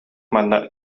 манна